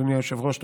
אדוני היושב-ראש.